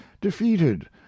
defeated